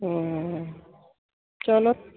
ਚਲੋ